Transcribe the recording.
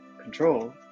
control